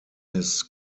his